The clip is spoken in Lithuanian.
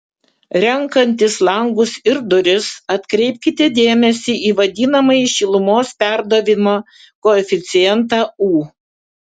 renkantis langus ir duris atkreipkite dėmesį į vadinamąjį šilumos perdavimo koeficientą u